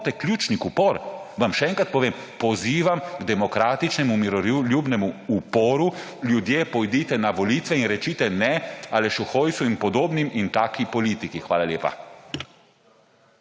moti ključnik upor? Vam še enkrat povem: Pozivam k demokratičnemu, miroljubnemu uporu, ljudje, pojdite na volitve in recite ne Alešu Hojsu in podobnim in taki politiki. Hvala lepa.